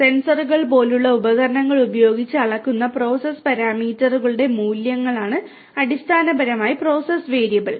സെൻസറുകൾ പോലുള്ള ഉപകരണങ്ങൾ ഉപയോഗിച്ച് അളക്കുന്ന പ്രോസസ് പാരാമീറ്ററുകളുടെ മൂല്യങ്ങളാണ് അടിസ്ഥാനപരമായി പ്രോസസ് വേരിയബിൾ